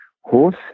horse